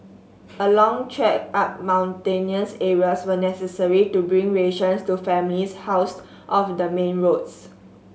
a long trek up mountainous areas were necessary to bring rations to families housed off the main roads